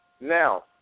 Now